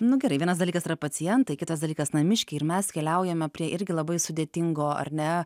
nu gerai vienas dalykas yra pacientai kitas dalykas namiškiai ir mes keliaujame prie irgi labai sudėtingo ar ne